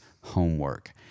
homework